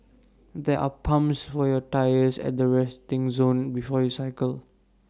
there are pumps for your tyres at the resting zone before you cycle